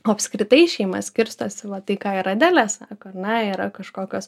o apskritai šeima skirstosi va tai ką ir adelė sako ar ne yra kažkokios